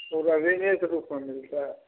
ओकरा ऋणेके रूपमे मिलतै